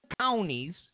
counties